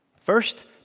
First